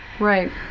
Right